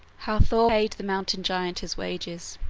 how thor the mountain giant his wages